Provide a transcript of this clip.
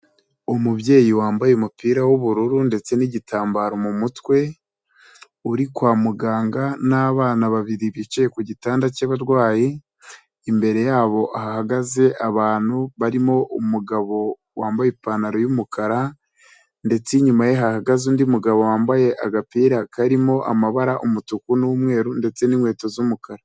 Umubyeyi wambaye umupira w'ubururu ndetse n'igitambaro mu mutwe, uri kwa muganga n'abana babiri bicaye ku gitanda cy'abarwayi, imbere yabo hahagaze abantu barimo umugabo wambaye ipantaro y'umukara ndetse inyuma ye hahagaze undi mugabo wambaye agapira karimo amabara, umutuku n'umweru ndetse n'inkweto z'umukara.